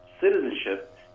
citizenship